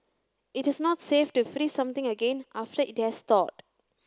it is not safe to freeze something again after it has thawed